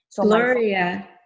Gloria